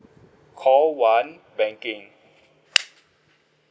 call one banking